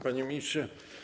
Panie Ministrze!